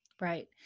Right